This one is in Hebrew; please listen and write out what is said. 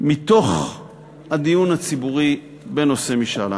מתוך הדיון הציבורי בנושא משאל העם,